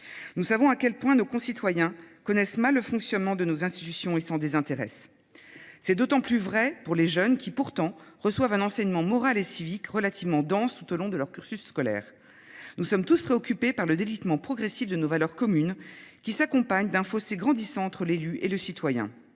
Nous savons à quel point nos concitoyens connaissent mal le fonctionnement de nos institutions et sans désintérêt. C'est d'autant plus vrai pour les jeunes qui, pourtant, reçoivent un enseignement moral et civique relativement dense tout au long de leur cursus scolaire. Nous sommes tous préoccupés par le délitement progressif de nos valeurs communes qui s'accompagne d'un fossé grandissant entre l'élu et le citoyen.